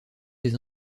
des